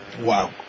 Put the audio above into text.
Wow